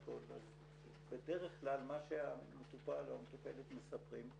אז בדרך כלל מה שהמטופל או המטופלת מספרים,